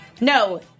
No